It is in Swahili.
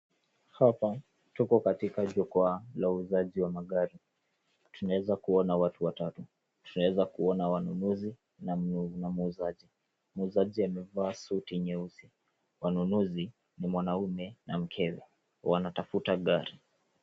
Hapa tupo katika jukwaa la uuzaji wa magari, tunaeza kuona watu watatu, kuna wanunuzi na muuzaji. Muuzaji amevaa suti nyeusi, wanunuzi ni mwanaume na mkewe, wanatafuta gari.